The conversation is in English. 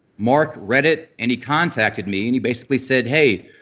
mark read it. and he contacted me and he basically said hey,